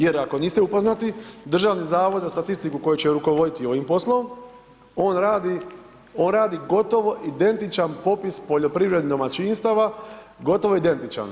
Jer ako niste upoznati, državni Zavod za statistiku koji će rukovoditi ovim poslom on radi gotovo identičan popis poljoprivrednih domaćinstava, gotovo identičan.